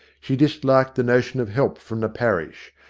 she disliked the notion of help from the parish,